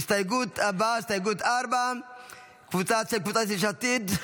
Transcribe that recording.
ההסתייגות הבאה, הסתייגות 4. קבוצת סיעת יש עתיד: